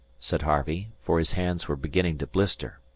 said harvey, for his hands were beginning to blister.